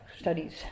studies